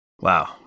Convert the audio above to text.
Wow